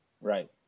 Right